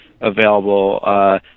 available